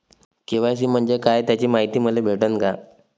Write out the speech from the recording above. KYC म्हंजे काय त्याची मायती मले भेटन का?